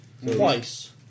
twice